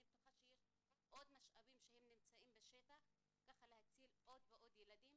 אני בטוחה שיש עוד משאבים שנמצאים בשטח ככה להציל עוד ועוד ילדים.